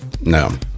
no